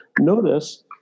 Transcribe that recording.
Notice